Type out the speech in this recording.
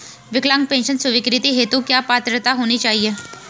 विकलांग पेंशन स्वीकृति हेतु क्या पात्रता होनी चाहिये?